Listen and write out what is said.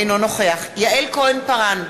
אינו נוכח יעל כהן-פארן,